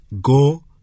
Go